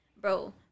bro